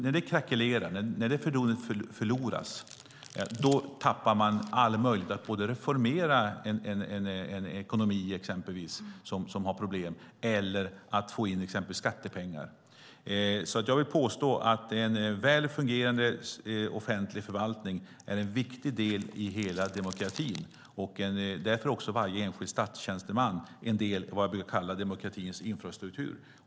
När det krackelerar och förtroendet förloras tappar man all möjlighet både att reformera en ekonomi som har problem och att få in skattepengar. En väl fungerande offentlig förvaltning är en viktig del i demokratin. Därför är också varje enskild statstjänsteman en del i det jag kallar demokratins infrastruktur.